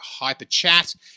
hyperchat